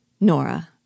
Nora